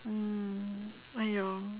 mm !aiyo!